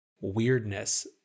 weirdness